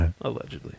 Allegedly